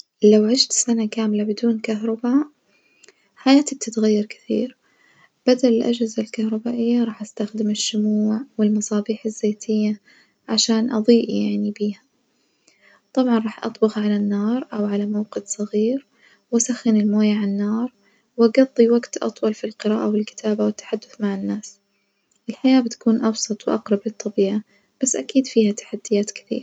لو عشت سنة كاملة بدون كهرباء حياتي بااغير كثير بدل الأجهزة الكهربائية راح أستخدم الشموع والمصابيح الزيتية عشان أظيء يعني بيها، طبعًا راح أطبخ على النار أو على موقد صغير وأسخن الموية على النار وأقظي وجت أطول في القراءة والكتابة والتحدث مع الناس.